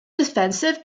defensive